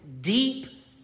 deep